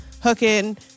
hooking